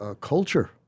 culture